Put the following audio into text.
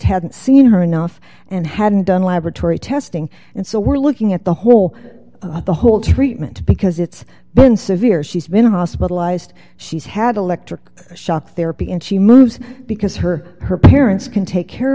hadn't seen her enough and hadn't done laboratory testing and so we're looking at the whole the whole treatment because it's been severe she's been hospitalized she's had electric shock therapy and she moves because her her parents can take care